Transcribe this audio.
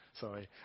Sorry